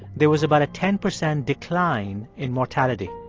there was about a ten percent decline in mortality.